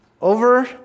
over